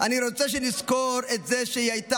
"אני רוצה שנזכור את זה שהיא הייתה